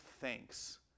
thanks